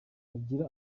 agira